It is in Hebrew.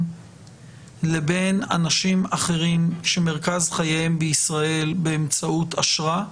לבין אנשים אחרים שמרכז חייהם בישראל באמצעות אשרה,